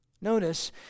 notice